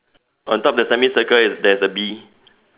on top of the semicircle there's a B